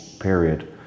period